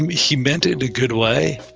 and he meant it a good way